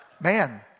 Man